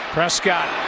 Prescott